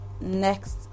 Next